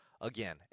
again